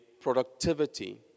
productivity